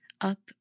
up